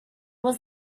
was